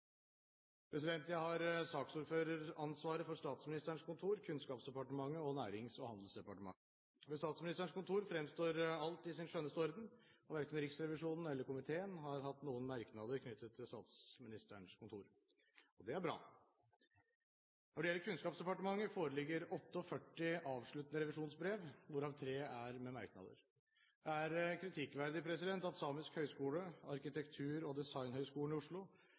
Jeg har saksordføreransvaret for Statsministerens kontor, Kunnskapsdepartementet og Nærings- og handelsdepartementet. Ved Statsministerens kontor fremstår alt i sin skjønneste orden. Verken Riksrevisjonen eller komiteen har hatt noen merknader knyttet til Statsministerens kontor. Det er bra. Når det gjelder Kunnskapsdepartementet, foreligger det 48 avsluttende revisjonsbrev, hvorav tre er med merknader. Det er kritikkverdig at Samisk høgskole, Arkitektur- og designhøgskolen i Oslo